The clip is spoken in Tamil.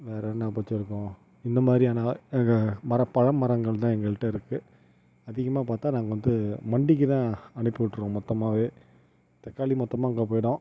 வேறு என்ன பச்சை இருக்கும் இந்த மாதிரியான மரப் பழ மரங்கள் தான் எங்கள்கிட்ட இருக்குது அதிகமாக பார்த்தா நாங்கள் வந்து மண்டிக்கி தான் அனுப்பிவிட்ருவோம் மொத்தமாகவே தக்காளி மொத்தமாக அங்கே போயிடும்